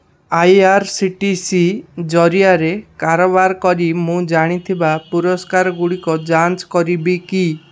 I R C T C ଜରିଆରେ କାରବାର କରି ମୁଁ ଜିଣିଥିବା ପୁରସ୍କାର ଗୁଡ଼ିକ ଯାଞ୍ଚ କରିବ କି